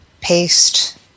paste